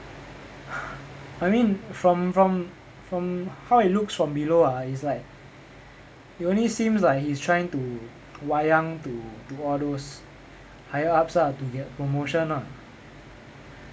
I mean from from from how it looks from below ah it's like it only seems like he's trying to wayang to to all those higher-ups ah to get promotion ah